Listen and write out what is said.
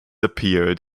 appeared